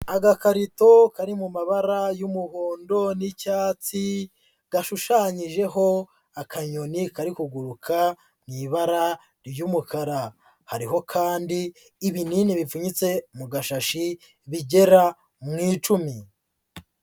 Agakarito kari mu mabara y'umuhondo n'icyatsi, gashushanyijeho akanyoni kari kuguruka mu ibara ry'umukara, hariho kandi ibinini bipfunyitse mu gashashi bigera mu icumi.